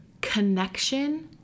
connection